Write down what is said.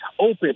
open